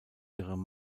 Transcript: ihren